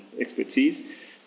expertise